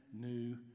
new